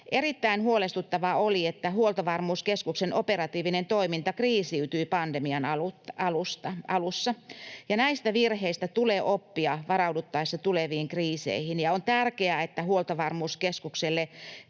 Erittäin huolestuttavaa oli, että Huoltovarmuuskeskuksen operatiivinen toiminta kriisiytyi pandemian alussa. Näistä virheistä tulee oppia varauduttaessa tuleviin kriiseihin. On tärkeää, että Huoltovarmuuskeskukselle